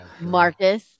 Marcus